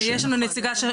אדם שצריך לקבל תו נכה,